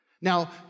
Now